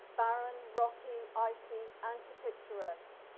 barren, rocky, icy, anti-picturesque.